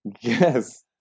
yes